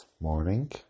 morning